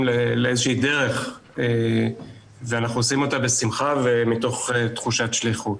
לאיזו שהיא דרך ואנחנו עושים אותה בשמחה ומתוך תחושת שליחות.